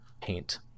paint